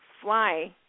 fly